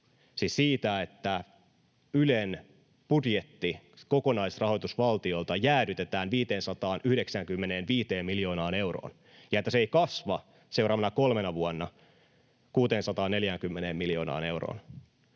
siitä, että Ylen budjetti, kokonaisrahoitus valtiolta, jäädytetään 595 miljoonaan euroon ja että se ei kasva seuraavina kolmena vuonna 640 miljoonaan euroon.